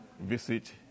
visit